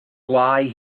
lie